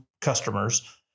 customers